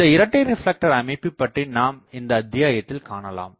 இந்த இரட்டை ரெப்லெக்டர் அமைப்பு பற்றி நாம் இந்த அத்தியாயத்தில் காணலாம்